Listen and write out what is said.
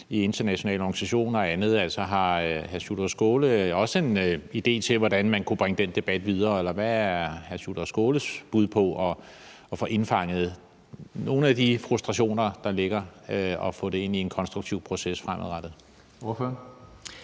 i internationale organisationer og andet, vil jeg bare lige høre, om hr. Sjúrður Skaale har en idé til, hvordan man kunne bringe den debat videre. Hvad er hr. Sjúrður Skaales bud på at få indfanget nogle af de frustrationer, der ligger, og få det ind i en konstruktiv proces fremadrettet?